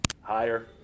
Higher